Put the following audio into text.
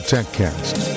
TechCast